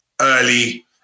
early